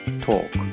Talk